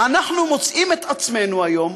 אנחנו מוצאים את עצמנו היום,